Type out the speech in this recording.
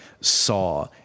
Saw